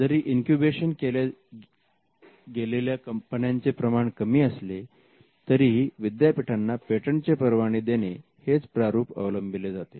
जरी इंक्युबॅशन केल्या गेलेल्या कंपन्यांचे प्रमाण कमी असले तरीही विद्यापीठांना पेटंटचे परवाने देणे हेच प्रारूप अवलंबिले जाते